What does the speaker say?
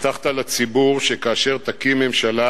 הבטחת לציבור שכאשר תקים ממשלה,